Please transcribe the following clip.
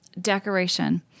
Decoration